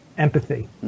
empathy